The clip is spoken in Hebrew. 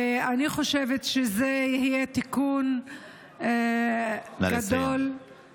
אני חושבת שזה יהיה תיקון גדול, נא לסיים.